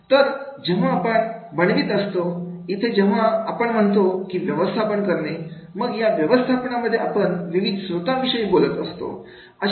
तर जेव्हा आपण बनवित असतो इथे जेव्हा आपण म्हणतो की व्यवस्थापन करणे मग या व्यवस्थापनामध्ये आपण विविध स्त्रोता विषयी विषयी बोलत असतो